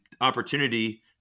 opportunity